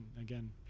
again